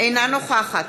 אינה נוכחת